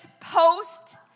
post